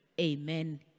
Amen